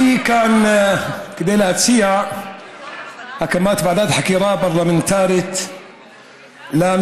אני כאן כדי להציע הקמת ועדת חקירה פרלמנטרית למפגע